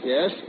Yes